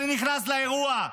אני נכנס לאירוע,